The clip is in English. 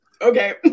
okay